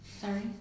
sorry